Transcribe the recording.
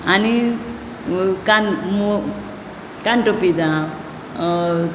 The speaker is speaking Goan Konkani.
आनी कान मू कानटोपी जावं